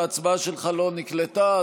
ההצבעה שלך לא נקלטה,